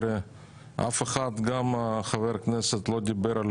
אף אחד, גם חבר הכנסת, לא דיבר על